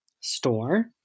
store